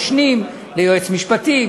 משנים ליועץ משפטי,